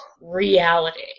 reality